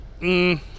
mmm